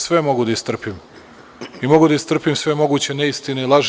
Sve mogu da istrpim, mogu da istrpim i sve moguće neistine i laži.